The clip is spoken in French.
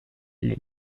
les